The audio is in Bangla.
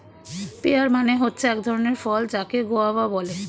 পেয়ার মানে হচ্ছে এক ধরণের ফল যাকে গোয়াভা বলে